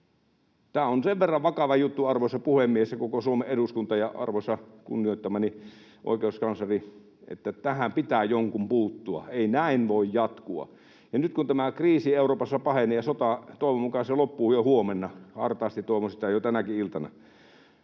Tämä on sen verran vakava juttu, arvoisa puhemies ja koko Suomen eduskunta ja arvoisa, kunnioittamani oikeuskansleri, että tähän pitää jonkun puuttua, ei näin voi jatkua. Ja nyt kun Euroopassa tämä kriisi pahenee ja on sota — niin toivon mukaan se loppuu jo huomenna, hartaasti toivon sitä, jo tänä iltana